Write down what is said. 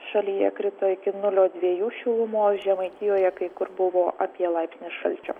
šalyje krito iki nulio dviejų šilumos žemaitijoje kai kur buvo apie laipsnį šalčio